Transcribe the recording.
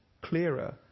clearer